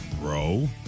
bro